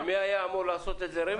מי היה אמור לעשות את זה, רמ"י?